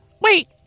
Wait